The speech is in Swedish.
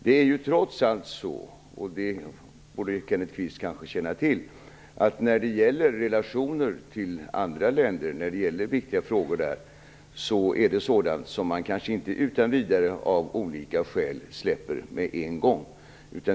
Det är trots allt så, och det borde Kenneth Kvist kanske känna till, att när det gäller relationer till andra länder i viktiga frågor så är det sådant som man av olika skäl kanske inte utan vidare släpper med en gång.